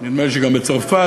נדמה לי שגם בצרפת,